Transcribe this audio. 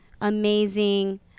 amazing